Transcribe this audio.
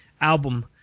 album